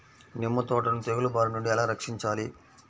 నిమ్మ తోటను తెగులు బారి నుండి ఎలా రక్షించాలి?